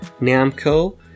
Namco